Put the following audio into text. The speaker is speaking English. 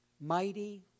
Mighty